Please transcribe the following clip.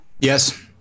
Yes